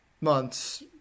months